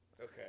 okay